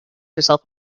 herself